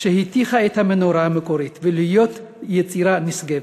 שהתיכה את המנורה המקורית להיות יצירה נשגבת,